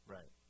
Right